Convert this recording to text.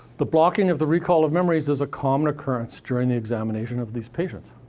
the blocking of the recall of memories is a common occurrence during the examination of these patients.